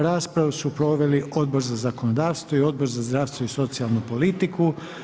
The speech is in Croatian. Raspravu su proveli Odbor za zakonodavstvo i Odbor za zdravstvo i socijalnu politiku.